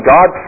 God